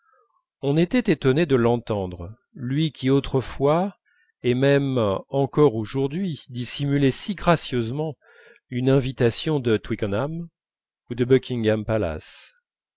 on était étonné de l'entendre lui qui autrefois et même encore aujourd'hui dissimulait si gracieusement une invitation de twickenham ou de buckingham palace